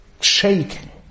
shaking